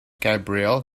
gabriel